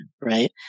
right